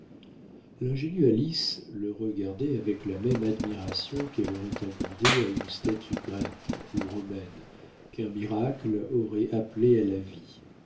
l'ingénue alice le regardait avec la même admiration qu'elle aurait accordée à une statue grecque ou romaine qu'un miracle aurait appelée à la vie